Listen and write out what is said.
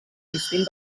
instint